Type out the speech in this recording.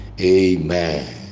amen